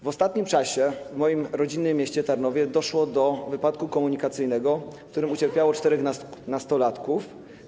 W ostatnim czasie w moim rodzinnym mieście Tarnowie doszło do wypadku komunikacyjnego, w którym ucierpiało czterech nastolatków.